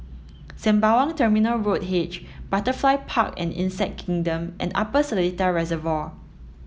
Sembawang Terminal Road H Butterfly Park and Insect Kingdom and Upper Seletar Reservoir